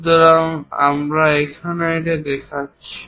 সুতরাং আমরা এখানে এটাও দেখাচ্ছি